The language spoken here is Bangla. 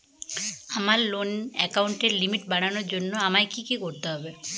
আমার লোন অ্যাকাউন্টের লিমিট বাড়ানোর জন্য আমায় কী কী করতে হবে?